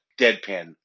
deadpan